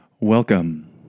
Welcome